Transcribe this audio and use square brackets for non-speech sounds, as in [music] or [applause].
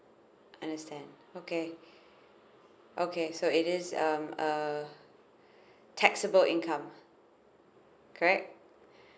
understand okay okay so it is um uh [breath] taxable income correct